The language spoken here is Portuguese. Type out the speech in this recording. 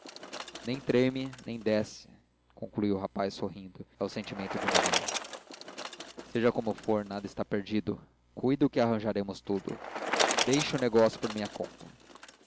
nem treme nem desce concluiu o rapaz sorrindo o sentimento de mamãe seja como for nada está perdido cuido que arranjaremos tudo deixe o negócio por minha conta